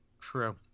True